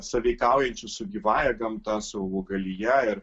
sąveikaujančių su gyvąja gamta su augalija ir